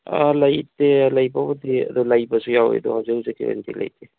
ꯂꯩꯇꯦ ꯂꯩꯕꯕꯨꯗꯤ ꯑꯗꯣ ꯂꯩꯕꯁꯨ ꯌꯥꯎꯏ ꯑꯗꯣ ꯍꯧꯖꯤꯛ ꯍꯧꯖꯤꯛꯀꯤ ꯑꯣꯏꯅꯗꯤ ꯂꯩꯇꯦ